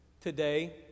today